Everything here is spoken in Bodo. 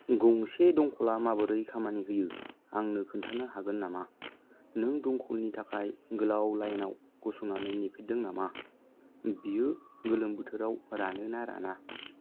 गंसे दंखला माबोरै खामानि होयो आंनो खोन्थानो हागोन नामा नों दंखलनि थाखाय गोलाव लाइनाव गसंनानै नेफेरदों नामा बियो गोलोम बोथोराव रानो ना राना